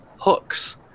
hooks